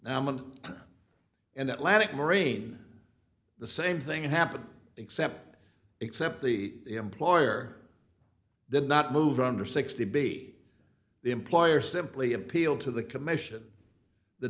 man in atlantic marine the same thing happened except except the employer did not move under sixty b the employer simply appealed to the commission the